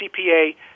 CPA